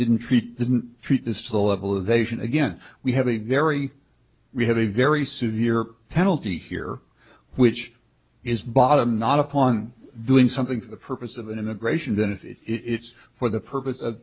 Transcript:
didn't treat didn't treat this to the level of asian again we have a very we have a very severe penalty here which is bottom not upon doing something for the purpose of an immigration benefit it's for the purpose of